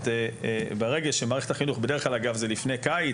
בדרך כלל זה לפני קיץ.